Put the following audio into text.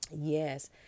Yes